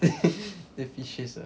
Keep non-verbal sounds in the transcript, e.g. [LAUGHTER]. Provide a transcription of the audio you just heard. [LAUGHS] the features ah